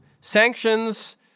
sanctions